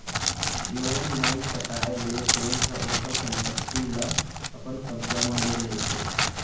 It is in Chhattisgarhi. लोन नइ पटाए ले बेंक ह ओखर संपत्ति ल अपन कब्जा म ले लेथे